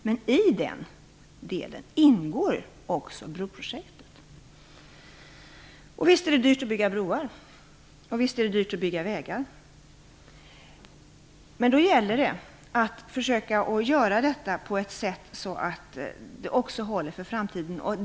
Men i den delen ingår också broprojektet. Visst är det dyrt att bygga broar och vägar. Men det gäller att försöka att göra det på ett sätt så att det håller för framtiden.